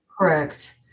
Correct